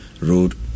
Road